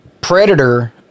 Predator